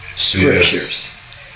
scriptures